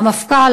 המפכ"ל,